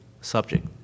subject